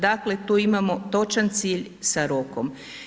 Dakle tu imamo točan cilj sa rokom.